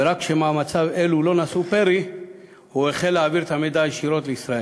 ורק כשמאמציו אלו לא נשאו פרי הוא החל להעביר את המידע ישירות לישראל.